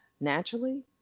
naturally